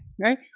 right